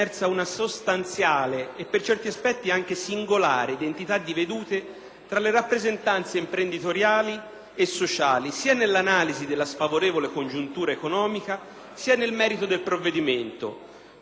tra le rappresentanze imprenditoriali e sociali, sia nell'analisi della sfavorevole congiuntura economica, sia nel merito del provvedimento. Questo come evidente conseguenza di una situazione che lascia pochi spazi di manovra